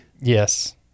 Yes